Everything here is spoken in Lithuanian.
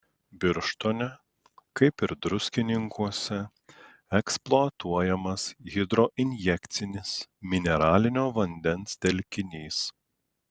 birštone kaip ir druskininkuose eksploatuojamas hidroinjekcinis mineralinio vandens telkinys